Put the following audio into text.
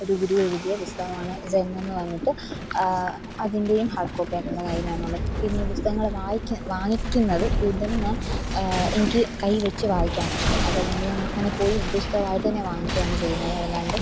ഒരു ഗുരു എഴുതിയ പുസ്തകമാണ് സെന്നെന്ന് പറഞ്ഞിട്ട് അതിൻറ്റേയും ഹാഡ് കോപ്പി അവളുടെ കയ്യിലാണുള്ളത് പിന്നെ ഈ പുസ്തകങ്ങള് വായിക്കാൻ വാങ്ങിക്കുന്നത് കൂടുതലും ഞാൻ എനിക്ക് കൈ വെച്ച് വായിക്കാനാണ് ഇഷ്ടം അപ്പോള് അതുകൊണ്ട് ഞാൻ അങ്ങനെ പോയി പുസ്തകമായിട്ട് തന്നെയാ വാങ്ങിക്കുവാണ് ചെയ്യുന്നത് അതല്ലാണ്ട്